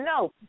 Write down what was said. no